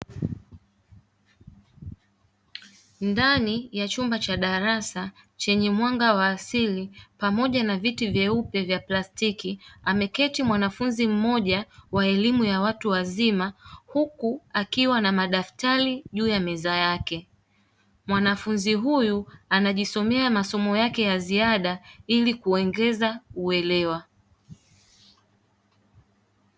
Ndani ya chumba cha darasa chenye mwanga wa asili pamoja na viti vyeupe vya plastiki ameketi mwanafunzi mmoja wa elimu ya watu wazima huku akiwa na madaftari juu ya meza yake, mwanafunzi huyu anajisomea masomo yake ya ziada ili kuongeza uelewa.